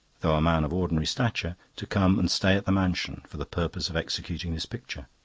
though a man of ordinary stature, to come and stay at the mansion for the purpose of executing this picture.